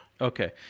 Okay